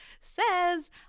says